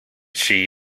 she